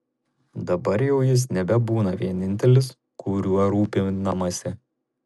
dabar jau jis nebebūna vienintelis kuriuo rūpinamasi